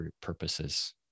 purposes